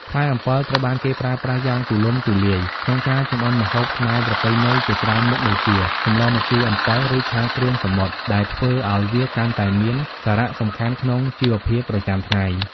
ផ្លែអំពិលត្រូវបានគេប្រើប្រាស់យ៉ាងទូលំទូលាយក្នុងការចម្អិនម្ហូបខ្មែរប្រពៃណីជាច្រើនមុខដូចជា សម្លរម្ជូរអំពិល ឬ ឆាគ្រឿងសមុទ្រ ដែលធ្វើឲ្យវាកាន់តែមានសារៈសំខាន់ក្នុងជីវភាពប្រចាំថ្ងៃ។